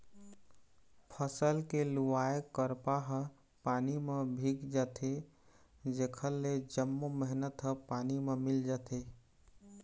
फसल के लुवाय करपा ह पानी म भींग जाथे जेखर ले जम्मो मेहनत ह पानी म मिल जाथे